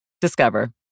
Discover